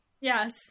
Yes